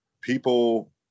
people